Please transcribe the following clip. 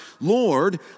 Lord